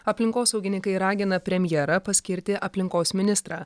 aplinkosaugininkai ragina premjerą paskirti aplinkos ministrą